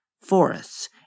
forests